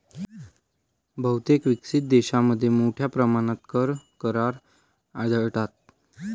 बहुतेक विकसित देशांमध्ये मोठ्या प्रमाणात कर करार आढळतात